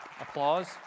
applause